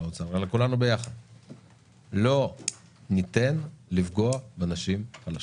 האוצר אלא כולנו ביחד לא ניתן לפגוע בנשים חלשות.